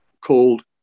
called